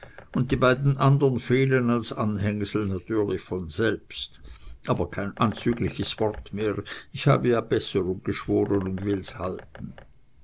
und die beiden anderen fehlen als anhängsel natürlich von selbst aber kein anzügliches wort mehr ich habe ja besserung geschworen und will's halten